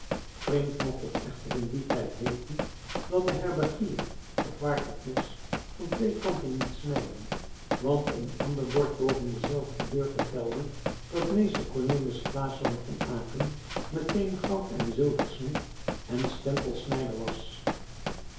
vreemd mocht het echter in dien tijd heeten dat de herbergier of waard het mes van twee kanten liet snijden want een ander bord boven dezelfde deur vertelde dat mr cornelis claesz van aecken meteen gouden zilversmid en stempelsnijder was